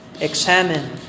examine